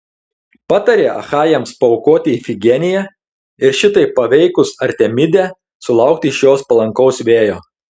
patarė achajams paaukoti ifigeniją ir šitaip paveikus artemidę sulaukti iš jos palankaus vėjo